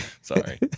Sorry